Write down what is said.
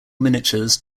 miniatures